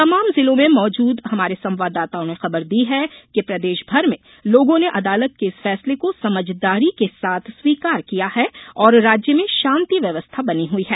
तमाम जिलों में मौजूद हमारे संवाददाताओं ने खबर दी है कि प्रदेश भर में लोगो ने अदालत के इस फैसले को समझदारी के साथ स्वीकार किया है और राज्य में शांति व्यवस्था बनी हुई है